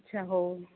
ଆଚ୍ଛା ହଉ